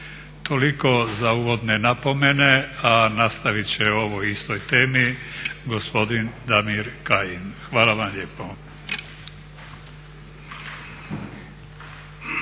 Toliko za uvodne napomene, a nastavit će o ovoj istoj temi gospodin Damir Kajin. Hvala vam lijepo.